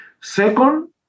Second